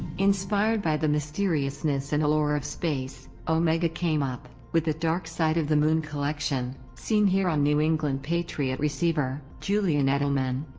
inspired by the mysteriousness and allure of space, omega came up with the dark side of the moon collection, seen here on new england patriot receiver julian edelman.